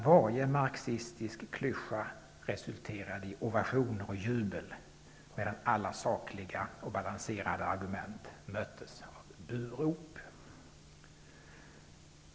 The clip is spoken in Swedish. Varje marxistisk klyscha resulterade i ovationer och jubel, medan alla sakliga och balanserade argument möttes av burop.